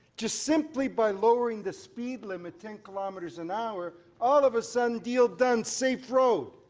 just simply by lowering the speed limit ten kilometers an hour all of a sudden deal done safe road.